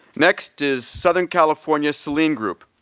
next is southern california selene group,